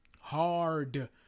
hard